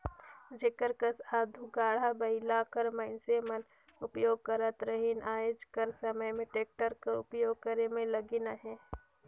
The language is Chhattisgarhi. जेकर कस आघु गाड़ा बइला कर मइनसे मन उपियोग करत रहिन आएज कर समे में टेक्टर कर उपियोग करे में लगिन अहें